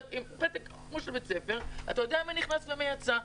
פתק כמו של בית ספר, אתה יודע מי נכנס ומי יצא.